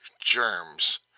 germs